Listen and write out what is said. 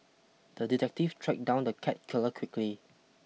the detective tracked down the cat killer quickly